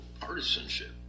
partisanship